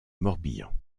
morbihan